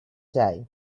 day